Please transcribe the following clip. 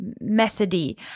methody